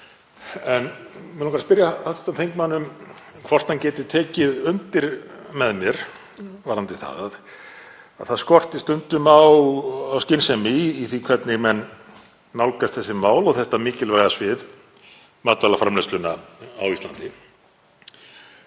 Mig langar að spyrja hv. þingmann hvort hann geti tekið undir með mér að það skorti stundum á skynsemi í því hvernig menn nálgast þessi mál, þetta mikilvæga svið, matvælaframleiðsluna á Íslandi,